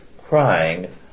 crying